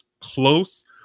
close